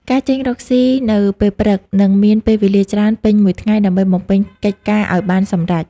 ការចេញរកស៊ីនៅពេលព្រឹក និងមានពេលវេលាច្រើនពេញមួយថ្ងៃដើម្បីបំពេញកិច្ចការឱ្យបានសម្រេច ។